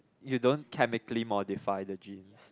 you don't chemically modified the genes